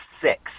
six